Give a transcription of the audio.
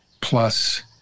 plus